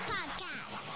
Podcast